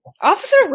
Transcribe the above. Officer